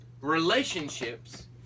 relationships